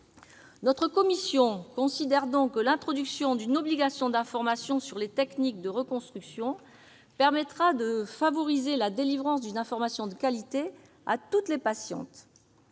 Notre commission considère donc que l'introduction d'une obligation d'information sur les techniques de reconstruction permettra de favoriser la délivrance d'une information de qualité à toutes les patientes.